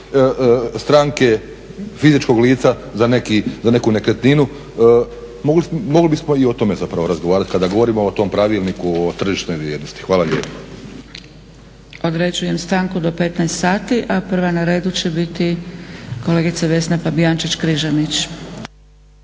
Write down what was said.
stranke fizičkog lica za neku nekretninu. Mogli bismo i o tome zapravo razgovarati kada govorimo o tom pravilniku o tržišnoj vrijednosti. Hvala lijepo. **Zgrebec, Dragica (SDP)** Određujem stanku do 15,00 sati, a prva na redu će biti kolegica Vesna Fabijančić-Križanić.